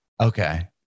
Okay